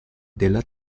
della